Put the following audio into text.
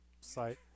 site